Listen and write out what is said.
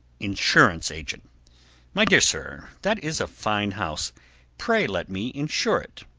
insurance agent my dear sir, that is a fine house pray let me insure it.